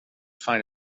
find